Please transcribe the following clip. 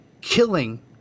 killing